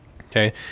Okay